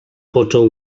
począł